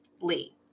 Lee